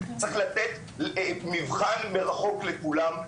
צריך לתת מבחן מרחוק לכולם.